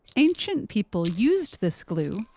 ancient people used this glue,